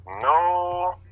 No